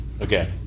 okay